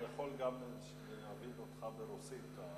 המחליף שלי יכול להבין אותך גם ברוסית.